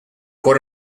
cor